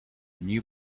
new